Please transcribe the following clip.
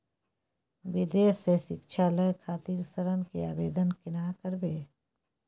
विदेश से शिक्षा लय खातिर ऋण के आवदेन केना करबे?